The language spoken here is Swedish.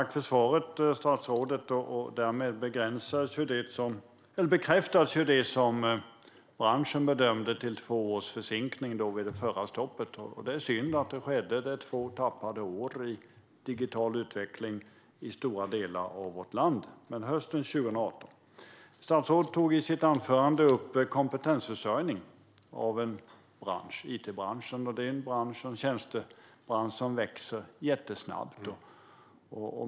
Herr talman! Tack för svaret, statsrådet! Därmed bekräftas det som branschen bedömde till två års försinkning vid det förra stoppet. Det var synd att det skedde - det är två tappade år i digital utveckling i stora delar av vårt land. Men det blir hösten 2018. Statsrådet tog i sitt anförande upp kompetensförsörjningen av it-branschen. Det är en tjänstebransch som växer jättesnabbt.